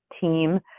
team